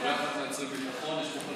וביחד יוצרים ביטחון,